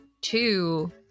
two